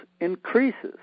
increases